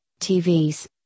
TVs